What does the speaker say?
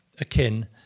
akin